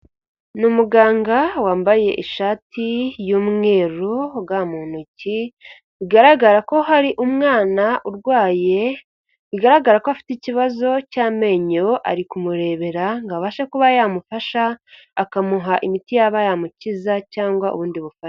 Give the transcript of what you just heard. Ni umuganga wambaye ishati y'umweru, na ga mu ntoki, bigaragara ko hari umwana urwaye ,bigaragara ko afite ikibazo cy'amenyo, ari kumurebera ngo abashe kuba yamufasha akamuha imiti yaba yamukiza cyangwa ubundi bufasha.